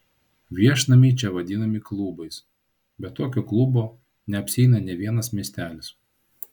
viešnamiai čia vadinami klubais be tokio klubo neapsieina nė vienas miestelis